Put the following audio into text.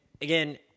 again